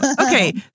okay